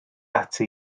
ati